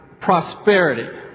prosperity